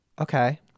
Okay